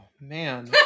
man